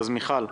אז מיכל.